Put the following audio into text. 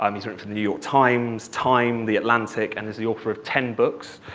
um he's written for the new york times, time, the atlantic, and is the author of ten books,